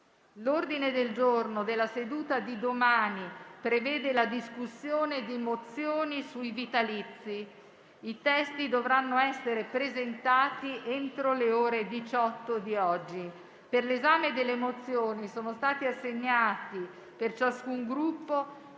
L'ordine del giorno della seduta di domani prevede la discussione di mozioni sui vitalizi. I testi dovranno essere presentati entro le ore 18 di oggi. Per l'esame delle mozioni sono stati assegnati per ciascun Gruppo